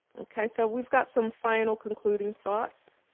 okay, so we've got some final concluding thoughts.